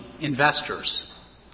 investors